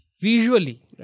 Visually